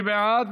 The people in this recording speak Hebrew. מי בעד?